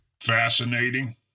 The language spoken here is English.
Fascinating